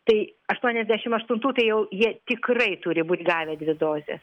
tai aštuoniasdešim aštuntų tai jau jie tikrai turi būt gavę dvi dozes